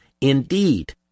Indeed